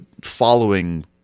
following